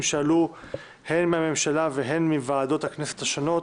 שעלו הן מהממשלה והן מוועדות הכנסת השונות